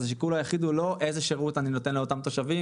השיקול היחיד הוא לא איזה שירות אני נותן לאותם תושבים,